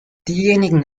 diejenigen